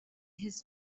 his